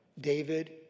David